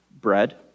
bread